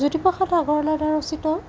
জ্যোতিপ্ৰসাদ আগৰৱালাৰ দ্বাৰা ৰচিত